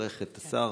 לברך את השר,